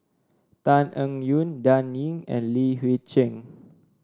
Tan Eng Yoon Dan Ying and Li Hui Cheng